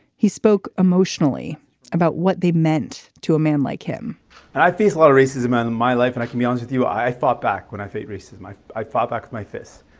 he spoke emotionally about what they meant to a man like him and i faced a lot of racism out of my life and i can be honest with you i fought back when i faced racism i i fought back my fists.